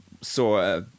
saw